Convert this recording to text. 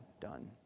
done